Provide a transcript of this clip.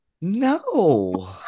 No